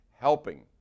helping